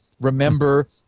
remember